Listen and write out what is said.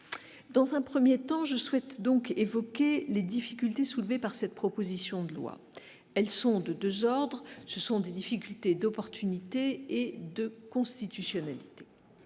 dans un 1er temps je souhaite donc évoquer les difficultés soulevées par cette proposition de loi, elles sont de 2 ordres : ce sont des difficultés d'opportunités et 2 constitutionnel